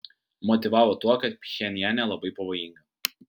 motyvavo tuo kad pchenjane labai pavojinga